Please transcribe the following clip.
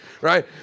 Right